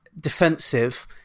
defensive